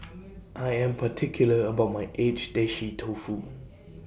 I Am particular about My Agedashi Dofu